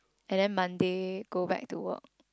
and then Monday go back to work